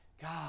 God